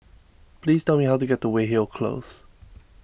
please tell me how to get to Weyhill Close